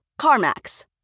CarMax